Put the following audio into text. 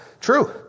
True